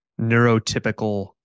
neurotypical